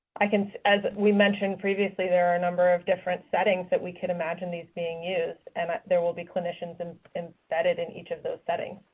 like and as we mentioned previously, there are a number of different settings that we could imagine these being used. and there will be clinicians and embedded in each of those settings.